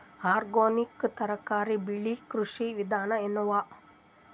Organic ತರಕಾರಿ ಬೆಳಿ ಕೃಷಿ ವಿಧಾನ ಎನವ?